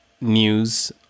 news